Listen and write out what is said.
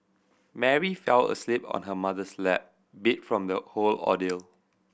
Mary fell asleep on her mother's lap beat from the whole ordeal